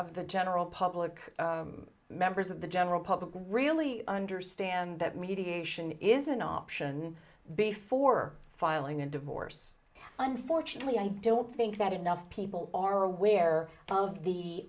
of the general public members of the general public really understand that mediation is an option before filing a divorce unfortunately i don't think that enough people are aware of the